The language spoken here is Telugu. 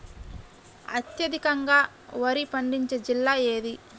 అత్యధికంగా వరి పండించే జిల్లా ఏది?